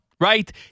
right